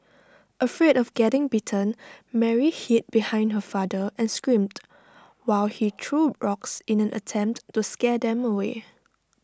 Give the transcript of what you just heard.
afraid of getting bitten Mary hid behind her father and screamed while he threw rocks in an attempt to scare them away